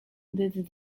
did